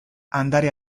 andare